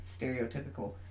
stereotypical